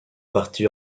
partie